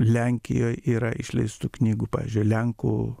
lenkijoj yra išleistų knygų pavyzdžiui lenkų